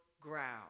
ground